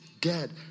dead